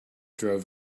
drove